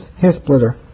hair-splitter